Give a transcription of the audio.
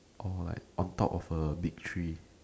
or like on top of a big tree